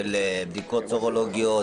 של בדיקות סרולוגיות,